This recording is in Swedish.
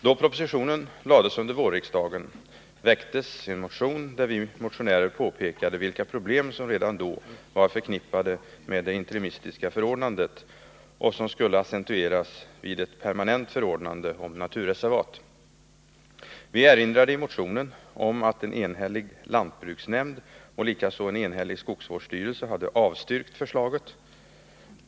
Då propositionen lades under våren väcktes en motion, där vi motionärer påpekade vilka problem som redan då var förknippade med det interimistiska förordnandet och som skulle accentueras vid ett permanent förordnande om naturreservat. Vi erinrade i motionen om att en enhällig lantbruksnämnd och likaså en enhällig skogsvårdsstyrelse hade avstyrkt förslaget.